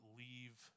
leave